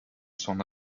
son